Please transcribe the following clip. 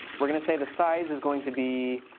we're going to say the size is going to be